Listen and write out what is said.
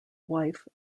wife